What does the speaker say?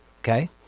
okay